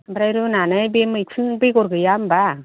ओमफ्राय रुनानै बे मैखुन बेगर गैया होनबा